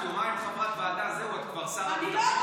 את יומיים חברת ועדה, זהו, את כבר שר הביטחון?